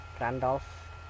Randolph